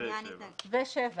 ו-7